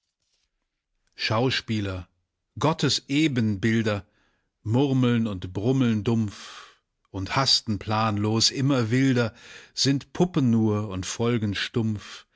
schauspieler gottes ebenbilder murmeln und brummeln dumpf und hasten planlos immer wilder sind puppen nur und folgen stumpf